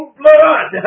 blood